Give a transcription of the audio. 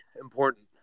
important